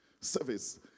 service